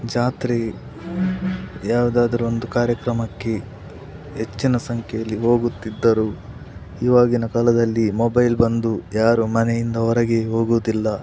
ಜಾತ್ರೆ ಯಾವುದಾದರೊಂದು ಕಾರ್ಯಕ್ರಮಕ್ಕೆ ಹೆಚ್ಚಿನ ಸಂಖ್ಯೆಯಲ್ಲಿ ಹೋಗುತ್ತಿದ್ದರು ಇವಾಗಿನ ಕಾಲದಲ್ಲಿ ಮೊಬೈಲ್ ಬಂದು ಯಾರೂ ಮನೆಯಿಂದ ಹೊರಗೆ ಹೋಗುವುದಿಲ್ಲ